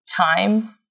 time